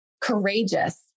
courageous